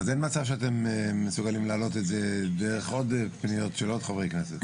אז אין מצב שאתם מסוגלים להעלות את זה דרך עוד פניות של עוד חברי כנסת.